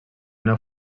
una